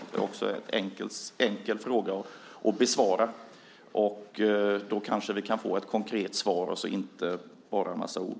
Det är också en enkel fråga att besvara. Då kanske vi kan få ett konkret svar och inte bara en massa ord.